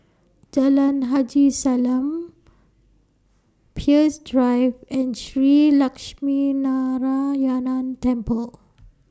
Jalan Haji Salam Peirce Drive and Shree Lakshminarayanan Temple